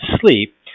sleep